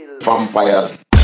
Vampires